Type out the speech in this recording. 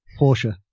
Porsche